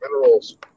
minerals